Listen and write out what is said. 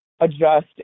adjust